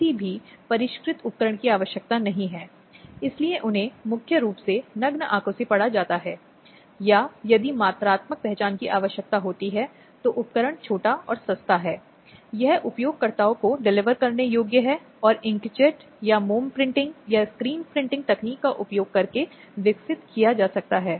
अब यह सुनिश्चित करना है कि कानूनी कार्यवाही के दौरान महिलाएं हानिकारक रूप से प्रभावित नहीं हों और अंतरिम आदेश प्राप्त करने के लिए एक महिला को यह दिखाना होगा कि उसे दूसरे पक्ष से हिंसा या उग्र हिंसा का सामना कर चुकी है या उसे करना पड़ रहा है